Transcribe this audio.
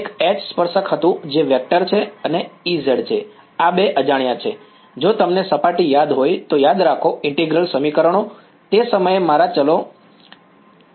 એક H સ્પર્શક હતું જે વેક્ટર છે અને Ez છે આ બે અજાણ્યા છે જો તમને સપાટી યાદ હોય તો યાદ રાખો ઈન્ટીગ્રલ સમીકરણો તે સમયે મારા ચલો ∇ϕ